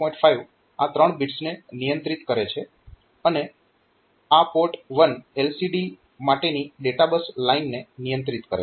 5 આ ત્રણ બિટ્સને નિયંત્રિત કરે છે અને આ પોર્ટ 1 LCD માટેની ડેટાબસ લાઇનને નિયંત્રિત કરે છે